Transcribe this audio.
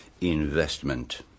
investment